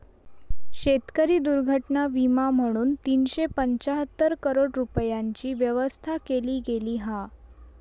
शेतकरी दुर्घटना विमा म्हणून तीनशे पंचाहत्तर करोड रूपयांची व्यवस्था केली गेली हा